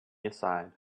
aside